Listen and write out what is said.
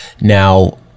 Now